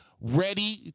ready